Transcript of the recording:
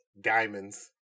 diamonds